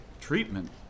Treatment